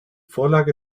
vorlage